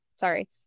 Sorry